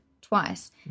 twice